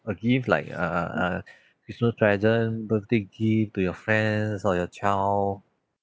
a gift like err uh christmas present birthday gift to your friends or your child